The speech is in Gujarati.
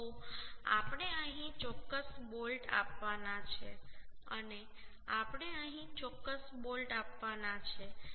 તો આપણે અહીં ચોક્કસ બોલ્ટ આપવાના છે અને આપણે અહીં ચોક્કસ બોલ્ટ આપવાના છે